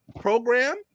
program